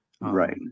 Right